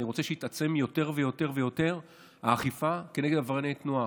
אני רוצה שהאכיפה תתעצם יותר ויותר נגד עברייני תנועה.